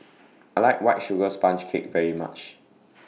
I like White Sugar Sponge Cake very much